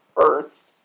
first